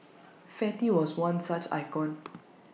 fatty was one such icon